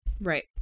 Right